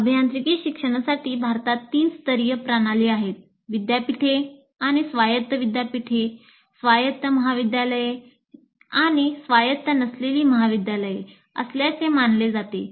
अभियांत्रिकी शिक्षणासाठी भारतात तीन स्तरीय प्रणाली आहे विद्यापीठे आणि स्वायत्त विद्यापीठे स्वायत्त महाविद्यालये आणि स्वायत्त नसलेली महाविद्यालये असल्याचे मानले जाते